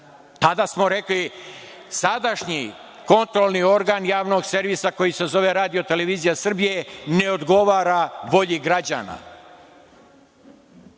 Tada smo rekli, sadašnji kontrolni organ Javnog servisa koji se zove RTS ne odgovara volji građana.